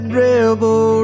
rebel